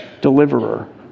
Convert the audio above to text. deliverer